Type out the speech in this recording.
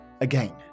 Again